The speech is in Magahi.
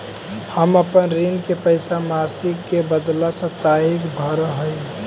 हम अपन ऋण के पैसा मासिक के बदला साप्ताहिक भरअ ही